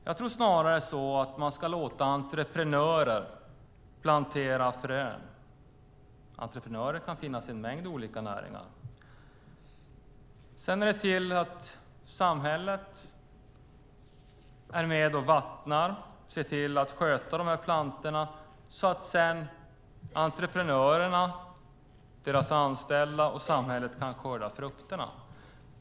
Jag tror snarare att man ska låta entreprenörer plantera frön. Entreprenörer kan finnas i en mängd olika näringar. Sedan är det till att samhället är med och vattnar och ser till att sköta de här plantorna så att entreprenörerna, deras anställda och samhället kan skörda frukterna.